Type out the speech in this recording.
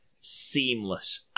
seamless